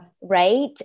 Right